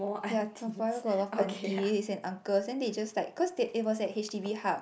ya Toa-Payoh got a lot of aunties and uncles then they just like because it was at H_D_B Hub